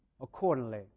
accordingly